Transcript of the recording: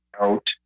out